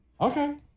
Okay